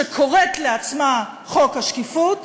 שקוראת לעצמה "חוק השקיפות",